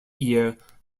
year